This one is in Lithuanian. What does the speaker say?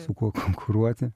su kuo konkuruoti